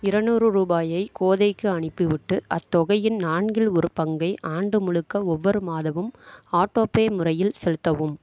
இரநூறு ரூபாயை கோதைக்கு அனுப்பிவிட்டு அத்தொகையின் நான்கில் ஒரு பங்கை ஆண்டு முழுக்க ஒவ்வொரு மாதமும் ஆட்டோபே முறையில் செலுத்தவும்